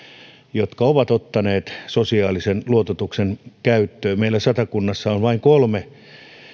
jotka ovat ottaneet sosiaalisen luototuksen käyttöön niin meillä satakunnassa on vain kolme